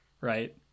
right